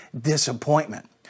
Disappointment